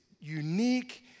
unique